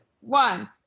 one